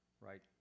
right